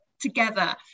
together